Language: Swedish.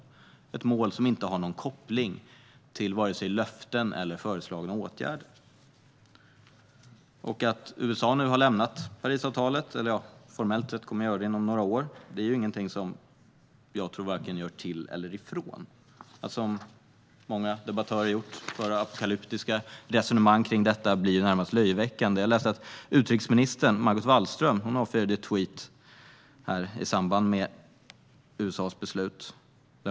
Detta mål har ingen koppling till vare sig löften eller föreslagna åtgärder. Att USA nu har lämnat Parisavtalet - eller att man formellt sett kommer att göra det inom några år - tror jag varken gör till eller från. Att som många debattörer föra apokalyptiska resonemang om detta blir närmast löjeväckande. Jag läste att utrikesminister Margot Wallström avfyrade en tweet i samband med USA:s beslut.